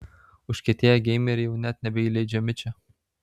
užkietėję geimeriai jau net nebeįleidžiami čia